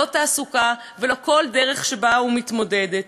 לא תעסוקה ולא כל דרך שבה היא מתמודדת.